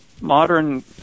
modern